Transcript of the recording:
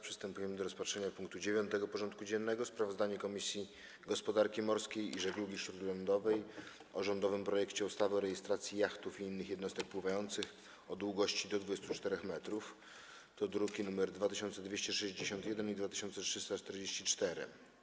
Przystępujemy do rozpatrzenia punktu 9. porządku dziennego: Sprawozdanie Komisji Gospodarki Morskiej i Żeglugi Śródlądowej o rządowym projekcie ustawy o rejestracji jachtów i innych jednostek pływających o długości do 24 m (druki nr 2261 i 2344)